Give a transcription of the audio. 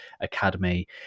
academy